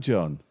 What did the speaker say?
John